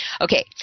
Okay